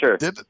sure